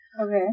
Okay